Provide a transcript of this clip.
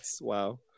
wow